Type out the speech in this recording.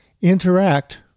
interact